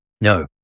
No